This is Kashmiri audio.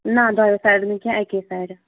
نہ دۄیو سایڈٕ نہٕ کیٚنہہ اَکے سایڈٕ